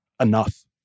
enough